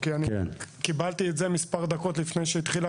כי קיבלתי את המסמך הזה רק מספר דקות לפני שהתחילה